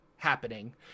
happening